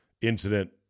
incident